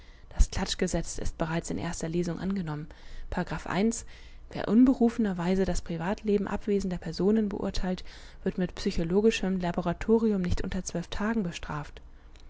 das klatschgesetz ist bereits in erster lesung angenommen der unberufener weise das privatleben abwesender personen beurteilt wird mit psychologischem laboratorium nicht unter zwölf tagen bestraft